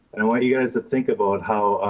and i want you guys to think about how